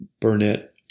Burnett